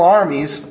armies